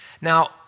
Now